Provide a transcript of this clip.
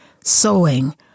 sewing